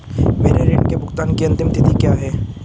मेरे ऋण के भुगतान की अंतिम तिथि क्या है?